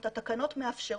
זאת אומרת, התקנות מאפשרות.